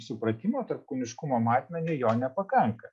supratimo tarp kūniškumo matmeniui jo nepakanka